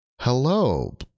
Hello